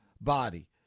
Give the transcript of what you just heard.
body